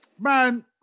Man